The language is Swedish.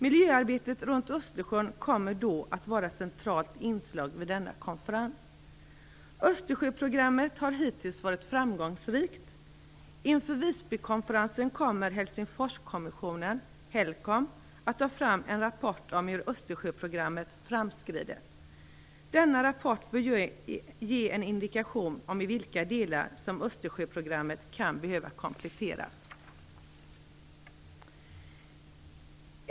Miljöarbetet runt Östersjön kommer att vara ett centralt inslag vid denna konferens. Östersjöprogrammet har hittills varit framgångsrikt. Inför Visbykonferensen kommer Helsingforskommissionen HELCOM att ta fram en rapport om hur Östersjöprogrammet framskridit. Denna rapport bör ge en indikation om i vilka delar som Östersjöprogrammet kan behöva kompletteras.